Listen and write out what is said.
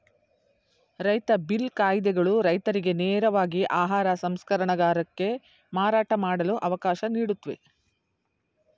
ರೈತ ಬಿಲ್ ಕಾಯಿದೆಗಳು ರೈತರಿಗೆ ನೇರವಾಗಿ ಆಹಾರ ಸಂಸ್ಕರಣಗಾರಕ್ಕೆ ಮಾರಾಟ ಮಾಡಲು ಅವಕಾಶ ನೀಡುತ್ವೆ